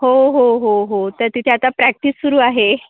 हो हो हो हो तर तिथे आता प्रॅक्टिस सुरू आहे